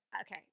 okay